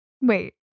Wait